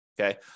Okay